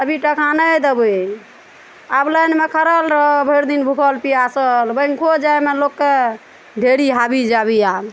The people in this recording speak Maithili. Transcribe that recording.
अभी टका नहि देबै आब लाइनमे खरा रहऽ भरि दिन भूखल पियासल बैंको जाइमे लोकके ढेरी हाबी जाबिये